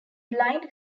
blind